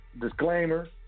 disclaimer